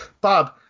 Bob